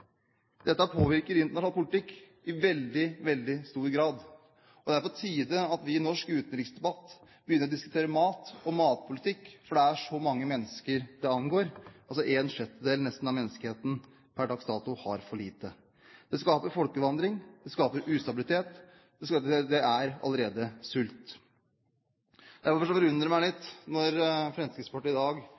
Dette påvirker internasjonal politikk i veldig, veldig stor grad. Det er på tide vi i en norsk utenriksdebatt begynner å diskutere mat og matpolitikk, for det er så mange mennesker det angår. Nesten en sjettedel av menneskeheten har per dags dato for lite. Det skaper folkevandring, det skaper ustabilitet, og det er allerede sult. Derfor forundrer det meg litt at Fremskrittspartiet i dag